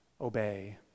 obey